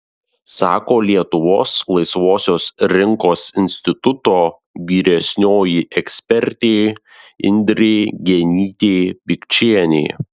sako lietuvos laisvosios rinkos instituto vyresnioji ekspertė indrė genytė pikčienė